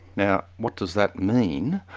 now what does that mean?